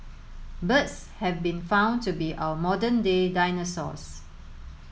birds have been found to be our modern day dinosaurs